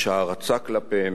יש הערצה כלפיהם,